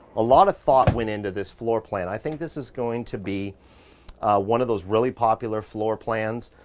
a lot of thought went into this floor plan. i think this is going to be one of those really popular floor plans,